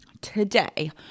Today